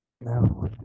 No